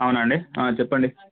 అవునా అండి చెప్పండి